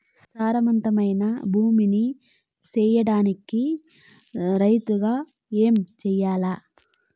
సారవంతమైన భూమి నీ సేయడానికి రైతుగా ఏమి చెయల్ల?